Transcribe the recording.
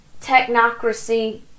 technocracy